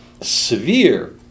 severe